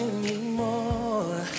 anymore